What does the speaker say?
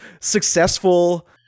successful